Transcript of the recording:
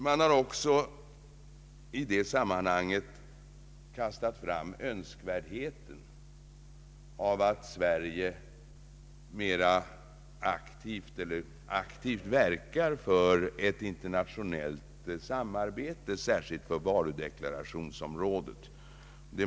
Man har också i detta sammanhang framfört önskemålet att Sverige mer aktivt verkar för ett internationellt samarbete särskilt på varudeklarationsområdet.